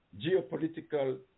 geopolitical